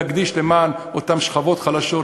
למען אותן שכבות חלשות,